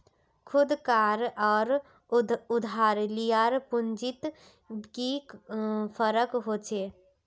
खुद कार आर उधार लियार पुंजित की फरक होचे?